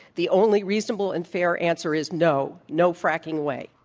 the only reasonable and fair answer is, no, no fracking way.